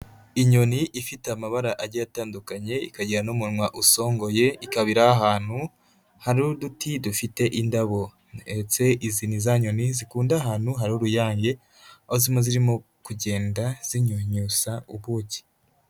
Inyoni ifite amabara agiye atandukanye, ikagira n'umunwa usongoye, ikaba iri ari ahantu hari uduti dufite indabo, ndetse izi ni za nyoni zikunda ahantu hari uruyange aho ziba zirimo kugenda zinyunyuza ubuki.